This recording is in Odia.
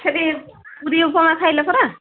ସେଠି ପୁରି ଉପମା ଖାଇଲ ପରା